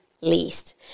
least